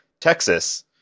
Texas